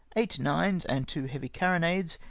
eight nines, and two heavy carronades.